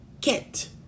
get